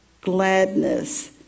gladness